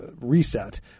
reset